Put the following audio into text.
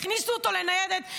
והכניסו אותו לניידת,